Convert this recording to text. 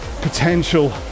potential